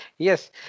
Yes